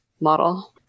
model